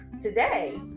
today